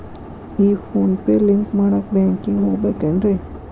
ಈ PhonePe link ಮಾಡಾಕ ಬ್ಯಾಂಕಿಗೆ ಹೋಗ್ಬೇಕೇನ್ರಿ?